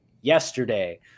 yesterday